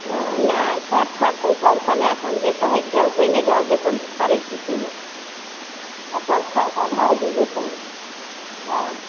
हँ नहि सब फड़तै सब समय सँ हम जे कहै छी ओ कयने जाउ देखहु फड़ै छै कि नहि आ सब खाएके अघाए जयबहो तोए हँ